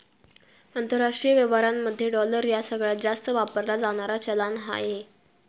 आंतरराष्ट्रीय व्यवहारांमध्ये डॉलर ह्या सगळ्यांत जास्त वापरला जाणारा चलान आहे